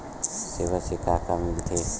सेवा से का का मिलथे?